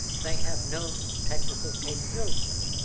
they have no technical capabilities.